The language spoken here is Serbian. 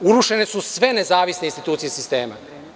Urušene su sve nezavisne institucije sistema.